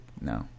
No